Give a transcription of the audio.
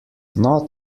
not